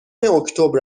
اکتبر